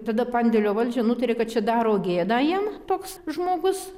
tada pandėlio valdžia nutarė kad čia daro gėdą jiem toks žmogus